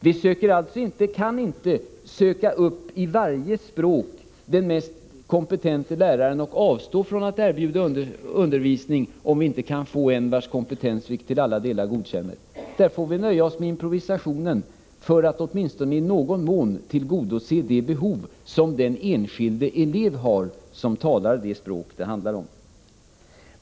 Vi kan inte i varje språk söka upp den mest kompetente läraren och avstå från att erbjuda undervisning, om vi inte kan finna en lärare vars kompetens vi inte till alla delar godkänner. Vi får i vissa fall nöja oss med improvisationer, för att åtminstone i någon mån tillgodose det behov som den enskilde elev har som talar det språk som det handlar om.